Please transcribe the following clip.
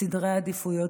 סדרי עדיפויות.